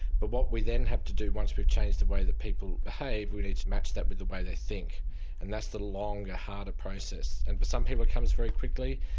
but what we then have to do once we've changed the way that people behave we need to match that with the way they think and that's a longer, harder process. and for some people it comes very quickly,